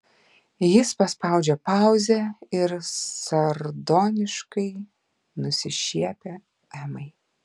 jis paspaudžia pauzę ir sardoniškai nusišiepia emai